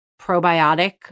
probiotic